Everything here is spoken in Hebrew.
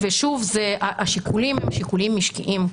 השיקולים הם שיקולים משקיים,